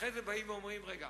אחרי זה באים ואומרים: רגע,